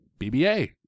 BBA